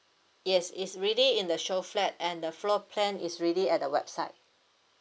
yes is really in the show flat and the floor plan is really at the website